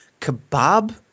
kebab